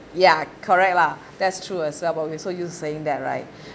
ya correct lah that's true as well but we so used to saying that right